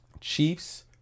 Chiefs